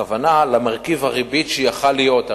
הכוונה למרכיב הריבית שיכול היה להיות.